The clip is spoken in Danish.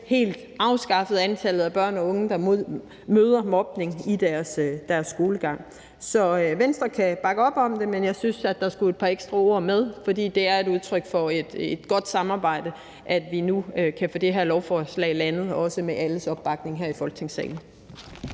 helt afskaffet antallet af børn og unge, der møder mobning i deres skolegang. Så Venstre kan bakke op om det, men jeg synes, at der skulle et par ekstra ord med, for det er et udtryk for et godt samarbejde, at vi nu kan få det her lovforslag landet, også med alles opbakning her i Folketingssalen.